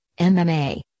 MMA